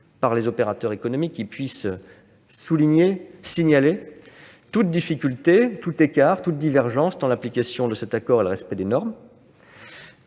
par les opérateurs économiques, lesquels pourraient ainsi signaler toute difficulté, tout écart, toute divergence dans l'application de cet accord et le respect des normes.